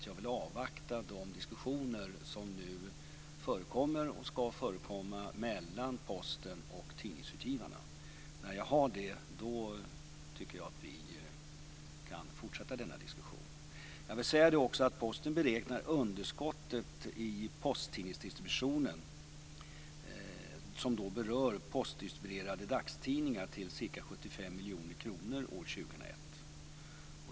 Jag vill avvakta de diskussioner som nu förekommer och ska förekomma mellan Posten och tidningsutgivarna. När jag har gjort det kan vi fortsätta denna diskussion. Posten beräknar underskottet som berör postdistribuerade dagstidningar till ca 75 miljoner kronor år 2001.